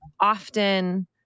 often